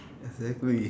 exactly